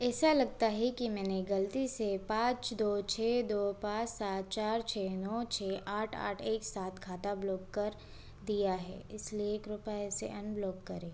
ऐसा लगता है कि मैंने गलती से पाँच दो छः दो पाँच सात चार छः नौ छः आठ आठ एक सात खाता ब्लॉक कर दिया है इसलिए कृपया इसे अनब्लॉक करें